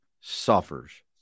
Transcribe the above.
suffers